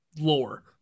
lore